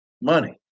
money